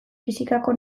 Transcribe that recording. fisikako